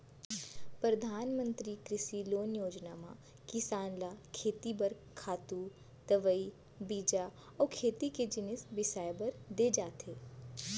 परधानमंतरी कृषि लोन योजना म किसान ल खेती बर खातू, दवई, बीजा अउ खेती के जिनिस बिसाए बर दे जाथे